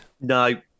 No